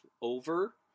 over